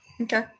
Okay